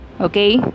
Okay